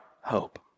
hope